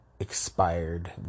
expired